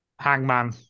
Hangman